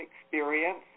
experience